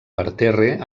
parterre